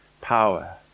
power